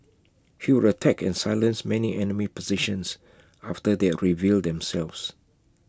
he would attack and silence many enemy positions after they had revealed themselves